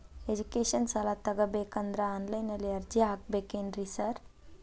Education ಸಾಲ ತಗಬೇಕಂದ್ರೆ online ನಲ್ಲಿ ಅರ್ಜಿ ಹಾಕ್ಬೇಕೇನ್ರಿ ಸಾರ್?